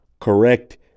correct